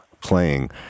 playing